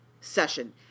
session